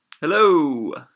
Hello